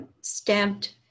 stamped